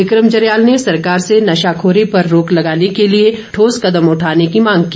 विक्रम जरयाल ने सरकार से नशाखोरी पर रोक लगाने के लिए ठोस कदम उठाने की मांग की